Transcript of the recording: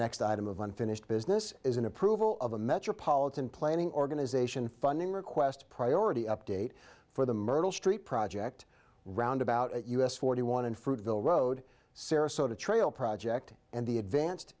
next item of unfinished business is an approval of a metropolitan planning organization funding request priority update for the myrtle street project roundabout us forty one in fruitvale road sarasota trail project and the advanced